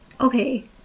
Okay